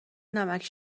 نمکـ